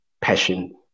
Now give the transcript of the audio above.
passion